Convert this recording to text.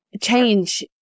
change